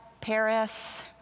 Paris